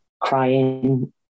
crying